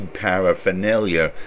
paraphernalia